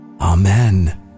Amen